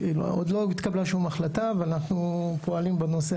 עוד לא התקבלה שום החלטה ואנחנו פועלים בנושא